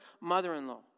mother-in-law